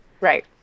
Right